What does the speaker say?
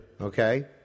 Okay